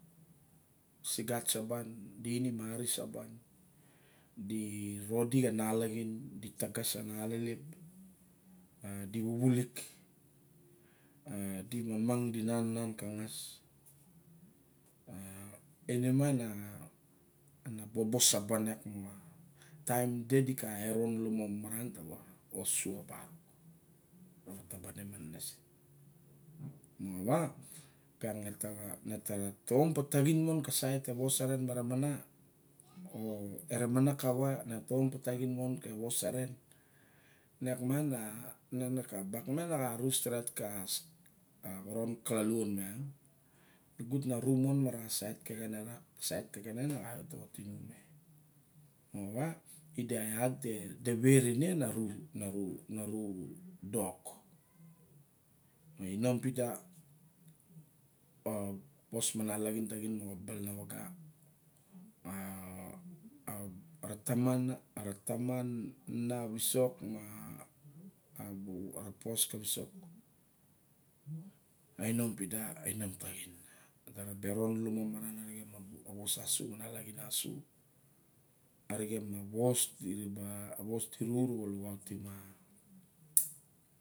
Agat saban di inim ari saban di rodik a nalaxa, di tagas na a alelep e di vuvulik e di mang di nan a van ka ngnas a nima a na bobo saban iak taim ide di ka e ron lumo maran ta taxin mon ka sit te wos saren ne ramana. Oe ramana kara. Ne taom ka taxin mo ka was saren, ne iak miang a bak miang ga xa ru ateret ka xoron kaluluo miang. Gut na ru mon ma ra sait kexene na ru, na ru, na ru dok ma inom pida a wos ma nalaxin taxin moxa balana waga. A- a- ratamana, ra tamon na visok ma ra pos ka visok. A inom pida, ainom taxin. Da ra ba eron asu arixen ma vos asu ma nalaxin arixen ma vos di ra ba lukautim a.